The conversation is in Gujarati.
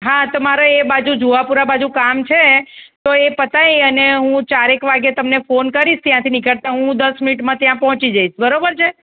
હા તો મારે એ બાજુ જુહાપુરા બાજુ કામ છે તો એ પતાવી અને હું ચારેક વાગે તમને ફોન કરીશ ત્યાંથી નીકળતા હું દસ મિનિટમાં ત્યાં પહોંચી જઈશ બરાબર છે